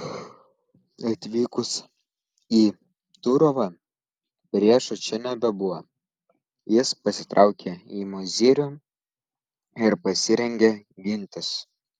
atvykus į turovą priešo čia nebebuvo jis pasitraukė į mozyrių ir pasirengė gintis